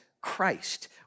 Christ